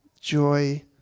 Joy